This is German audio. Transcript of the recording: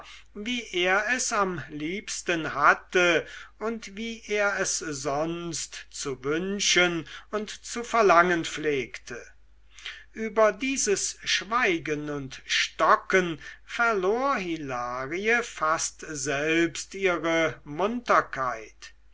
wie er es am liebsten hatte und wie er es sonst zu wünschen und zu verlangen pflegte über dieses schweigen und stocken verlor hilarie fast selbst ihre munterkeit